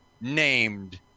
Named